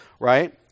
Right